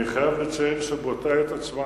אני חייב לציין שבאותה עת עצמה,